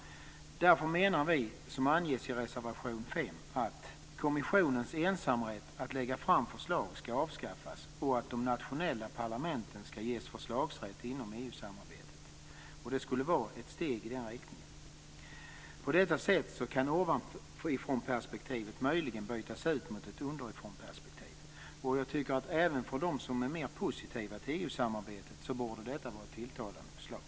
Därför menar vi, som anges i reservation 5, att kommissionens ensamrätt att lägga fram förslag ska avskaffas och de nationella parlamenten ska ges förslagsrätt inom EU-samarbetet. Det skulle vara ett steg i den riktningen. På detta sätt kan ovanifrånperspektivet möjligen bytas ut mot ett underifrånperspektiv. Även för dem som är mer positiva till EU samarbetet borde detta vara ett tilltalande förslag.